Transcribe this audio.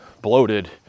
bloated